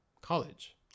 college